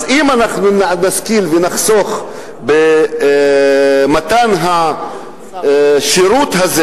אז אם אנחנו נשכיל ונחסוך במתן השירות הזה